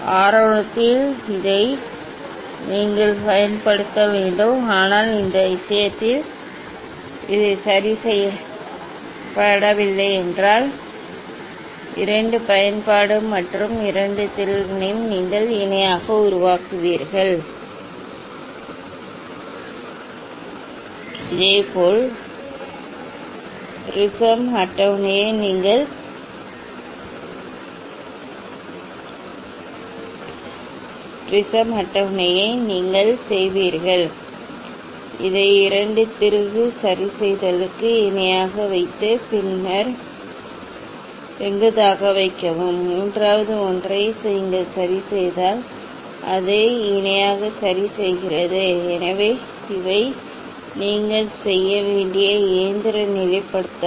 ஆரம்பத்தில் இதை நீங்கள் பயன்படுத்த வேண்டும் ஆனால் இந்த விஷயத்தில் இது சரி செய்யப்படவில்லை எனவே இந்த இரண்டு பயன்பாடு மற்றும் இந்த இரண்டு திருகுகளையும் நீங்கள் இணையாக உருவாக்குகிறீர்கள் இதேபோல் ப்ரிஸம் அட்டவணையை நீங்கள் இணையாகச் செய்வீர்கள் இதை இரண்டு திருகு சரிசெய்தலுக்கு இணையாக வைத்து பின்னர் செங்குத்தாக வைக்கவும் மூன்றாவது ஒன்றை நீங்கள் சரிசெய்தால் அதை இணையாக சரி செய்கிறது எனவே இவை நீங்கள் செய்ய வேண்டிய இயந்திர நிலைப்படுத்தல்